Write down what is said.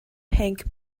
pink